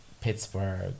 Pittsburgh